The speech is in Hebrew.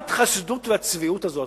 ההתחסדות והצביעות הזו.